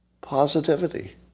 Positivity